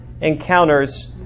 encounters